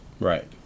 Right